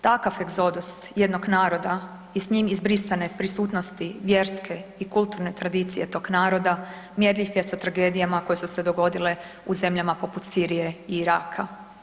Takav egzodus jednog naroda i s njim izbrisane prisutnosti vjerske i kulturne tradicije tog naroda mjerljiv je sa tragedijama koje su se dogodile u zemljama poput Sirije i Iraka.